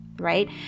Right